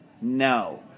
No